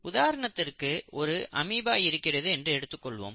உதாரணத்திற்கு ஒரு அமீபா இருக்கிறது என்று எடுத்துக் கொள்வோம்